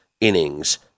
innings